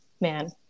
man